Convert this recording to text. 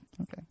okay